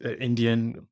Indian